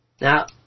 Now